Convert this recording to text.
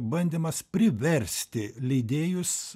bandymas priversti leidėjus